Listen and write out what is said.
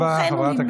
בכוחנו למנוע את זה.